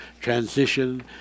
transition